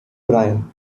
brian